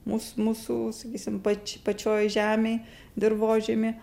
mus mūsų sakysim pač pačioj žemėj dirvožemy